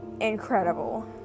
incredible